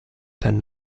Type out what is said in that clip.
tend